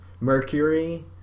Mercury